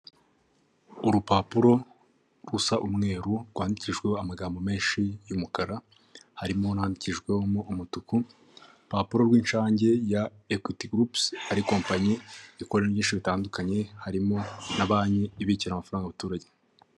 Urupapuro rusa umweru rwandikijweho amagambo menshi y'umukara harimo n'andikijwemo umutuku, urupapuro rw'inshange ya ekwiti gurupu ari kompanyi ikora ibintu ibyinshi bitandukanye harimo na banki ibikira amafaranga abaturage.